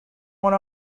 went